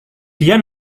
dia